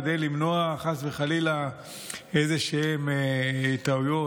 כדי למנוע חס וחלילה איזשהן טעויות.